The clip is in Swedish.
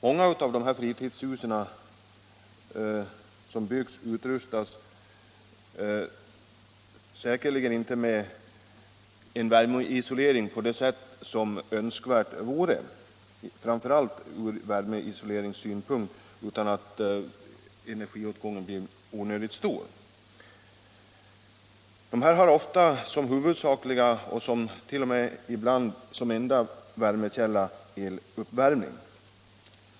Många av de fritidshus som Om värmeisoleringbyggs utrustas säkerligen inte med den isolering som skulle vara önskvärd = en av fritidshus ur energisparsynpunkt, och energiåtgången blir därför onödigt stor. Dessa hus har ofta som huvudsaklig — ibland t.o.m. som enda — värmekälla eluppvärmning.